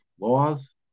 laws